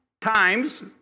times